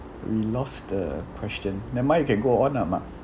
we lost the question never mind you can go on ah mark